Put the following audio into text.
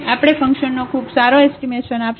આપણને ફંક્શનનો ખૂબ સારો એસ્ટીમેશન આપશે